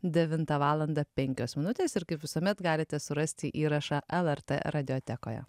devintą valandą penkios minutės ir kaip visuomet galite surasti įrašą lrt radiotekoje